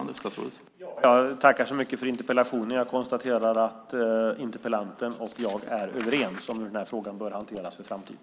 Herr talman! Jag tackar så mycket för interpellationen och konstaterar att interpellanten och jag är överens om hur den här frågan bör hanteras för framtiden.